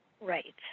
right